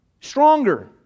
Stronger